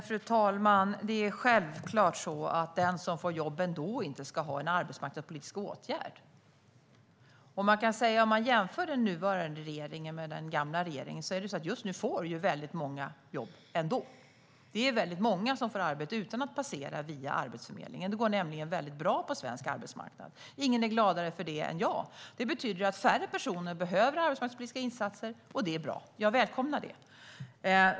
Fru talman! Det är självklart så att den som får jobb ändå inte ska ha en arbetsmarknadspolitisk åtgärd. Om man jämför den nuvarande regeringen med den gamla regeringen ser man att väldigt många just nu får jobb ändå. Det är väldigt många som får arbete utan att passera via Arbetsförmedlingen. Det går nämligen väldigt bra på svensk arbetsmarknad. Ingen är gladare för det än jag. Det betyder att färre personer behöver arbetsmarknadspolitiska insatser, och det är bra. Jag välkomnar det.